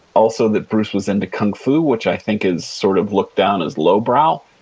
also, that bruce was into kung fu which i think is sort of looked down as low brow.